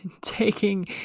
taking